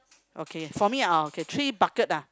okay for me uh okay three buckets ah